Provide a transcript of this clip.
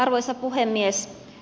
arvoisa puhemies